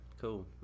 cool